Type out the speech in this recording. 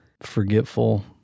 forgetful